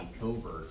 covert